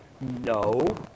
No